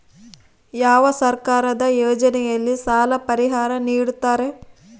ಯಾವ ಸರ್ಕಾರದ ಯೋಜನೆಯಲ್ಲಿ ಸಾಲ ಪರಿಹಾರ ನೇಡುತ್ತಾರೆ?